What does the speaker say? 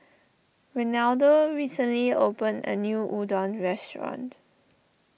Renaldo recently opened a new Udon restaurant